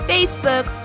Facebook